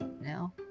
now